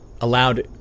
allowed